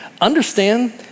understand